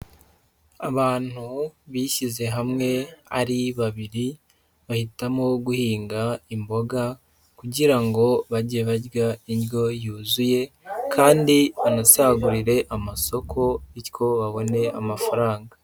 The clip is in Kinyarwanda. Abantu bishyize hamwe ari babiri, bahitamo guhinga imboga kugira ngo bajye barya indyo yuzuye kandi banasagurire amasoko bityo babone amafaranga.